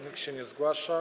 Nikt się nie zgłasza.